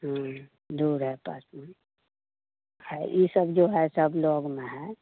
हाँ दूर है पास में है यह सब जो है सब लग में है